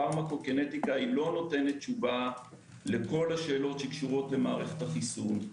הפארמה קוקנטיקה לא נותנת תשובה לכל השאלות שקשורות למערכת החיסון.